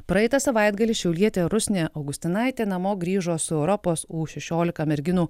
praeitą savaitgalį šiaulietė rusnė augustinaitė namo grįžo su europos u šešiolika merginų